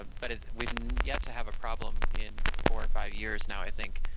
um but if, we've yet to have a problem in four or five years, now, i think,